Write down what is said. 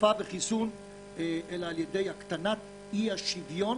תרופה וחיסון אלא על-ידי הקטנת אי-השוויון,